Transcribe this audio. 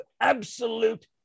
absolute